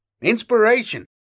Inspiration